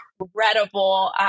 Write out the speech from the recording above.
incredible